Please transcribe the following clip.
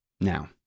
Now